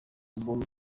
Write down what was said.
album